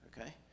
Okay